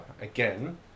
again